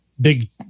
big